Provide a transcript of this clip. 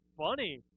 funny